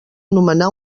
nomenar